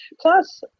Plus